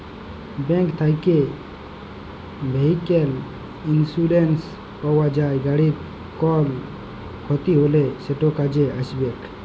bank থ্যাকে vehicle insurance পাউয়া যায়, গাড়ির কল খ্যতি হ্যলে সেট কাজে আইসবেক